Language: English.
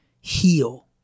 heal